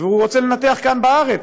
והוא רוצה לנתח כאן בארץ.